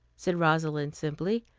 said rosalind simply.